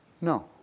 no